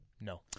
No